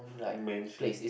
mansion